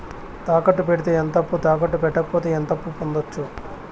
తాకట్టు పెడితే ఎంత అప్పు, తాకట్టు పెట్టకపోతే ఎంత అప్పు పొందొచ్చు?